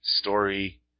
story